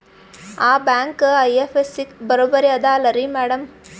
ಆ ಬ್ಯಾಂಕ ಐ.ಎಫ್.ಎಸ್.ಸಿ ಬರೊಬರಿ ಅದಲಾರಿ ಮ್ಯಾಡಂ?